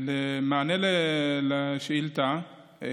מענה על השאילתה על